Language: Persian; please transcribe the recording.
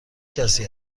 کسی